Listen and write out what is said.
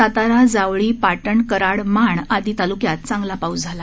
सातारा जावळी पाटण कराड माण आदी तालूक्यात चांगला पाऊस झाला